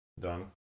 done